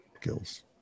skills